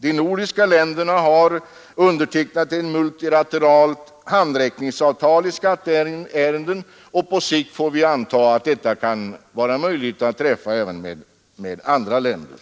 De nordiska länderna har vidare undertecknat ett multilateralt handräckningsavtal i skatteärenden, och på sikt får vi anta att sådana avtal skall kunna träffas även med andra länder.